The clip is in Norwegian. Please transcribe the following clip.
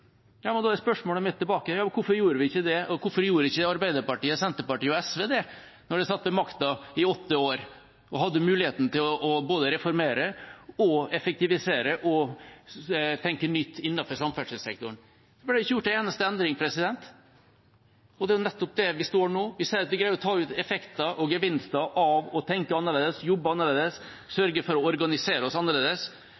Da er spørsmålet mitt tilbake: Hvorfor gjorde ikke Arbeiderpartiet, Senterpartiet og SV det da de satt med makten i åtte år og hadde muligheten til å både reformere, effektivisere og tenke nytt innenfor samferdselssektoren? Det ble ikke gjort en eneste endring, og det er nettopp der vi står nå: Vi ser at vi greier å ta ut effekter og gevinster av å tenke annerledes, jobbe annerledes